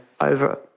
over